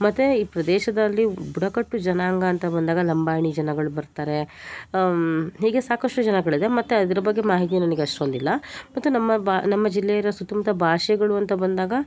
ಮತ್ತು ಈ ಪ್ರದೇಶದಲ್ಲಿ ಬುಡಕಟ್ಟು ಜನಾಂಗ ಅಂತ ಬಂದಾಗ ಲಂಬಾಣಿ ಜನಗಳು ಬರ್ತಾರೆ ಹೀಗೆ ಸಾಕಷ್ಟು ಜನಗಳಿದೆ ಮತ್ತು ಅದ್ರ ಬಗ್ಗೆ ಮಾಹಿತಿ ನನಗೆ ಅಷ್ಟೊಂದಿಲ್ಲ ಮತ್ತು ನಮ್ಮ ಬ ನಮ್ಮ ಜಿಲ್ಲೆ ಇರೋ ಸುತ್ತಮುತ್ತ ಭಾಷೆಗಳು ಅಂತ ಬಂದಾಗ